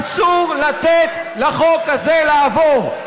אסור לתת לחוק הזה לעבור.